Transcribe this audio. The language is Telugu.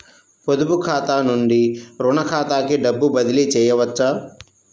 పొదుపు ఖాతా నుండీ, రుణ ఖాతాకి డబ్బు బదిలీ చేయవచ్చా?